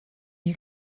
you